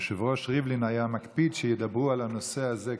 היושב-ראש ריבלין היה מקפיד שידברו על הנושא הזה כשמתנגדים.